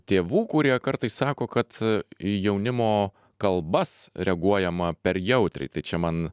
tėvų kurie kartais sako kad jaunimo kalbas reaguojama per jautriai tai čia man